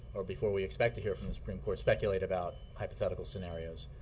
or before we expect to hear from the supreme court speculate about hypothetical scenarios.